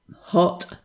hot